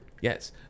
yes